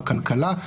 בכלכלה,